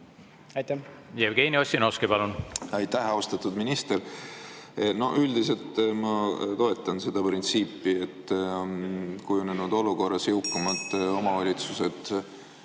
suurim. Jevgeni Ossinovski, palun! Aitäh, austatud minister! Üldiselt ma toetan seda printsiipi, et kujunenud olukorras jõukamad omavalitsused